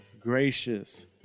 gracious